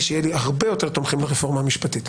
שיהיה לי הרבה יותר תומכים ברפורמה המשפטית.